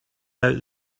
out